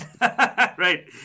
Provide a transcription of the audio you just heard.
Right